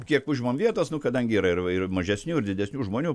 kiek užimam vietos nu kadangi yra ir įvair mažesnių ir didesnių žmonių